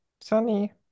sunny